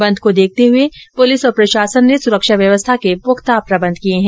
बंद को देखते हुए पुलिस और प्रशासन ने सुरक्षा व्यवस्था के पुख्ता प्रबंध किये है